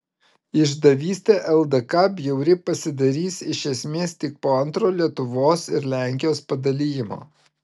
išdavystė ldk bjauri pasidarys iš esmės tik po antrojo lietuvos ir lenkijos padalijimo